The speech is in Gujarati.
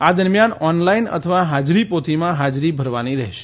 આ દરમિયાન ઓનલાઇન અથવા હાજરીપોથીમાં હાજરી ભરવાની રહેશે